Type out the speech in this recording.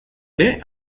ere